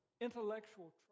intellectual